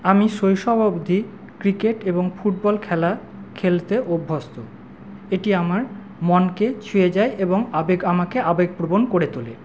আমি শৈশব অবধি ক্রিকেট এবং ফুটবল খেলা খেলতে অভ্যস্ত এটি আমার মনকে ছুঁয়ে যায় এবং আবেগ আমাকে আবেগপ্রবণ করে তোলে